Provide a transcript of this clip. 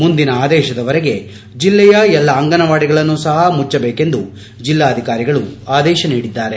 ಮುಂದಿನ ಆದೇಶದವರೆಗೆ ಜಿಲ್ಲೆಯ ಎಲ್ಲಾ ಅಂಗನವಾಡಿಗಳನ್ನು ಸಹ ಮುಚ್ಚದೇಕೆಂದು ಜಿಲ್ಲಾಧಿಕಾರಿಗಳು ಆದೇಶ ನೀಡಿದ್ದಾರೆ